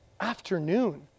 Afternoon